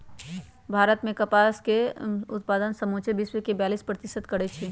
भारत मे कपास के उत्पादन समुचे विश्वके बेयालीस प्रतिशत करै छै